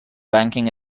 banking